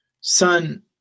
son